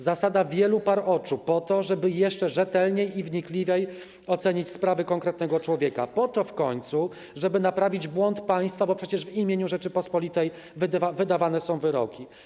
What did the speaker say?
Zasada wielu par oczu, po to żeby jeszcze rzetelniej i wnikliwiej ocenić sprawę konkretnego człowieka, po to w końcu żeby naprawić błąd państwa, bo przecież w imieniu Rzeczypospolitej wydawane są wyroki.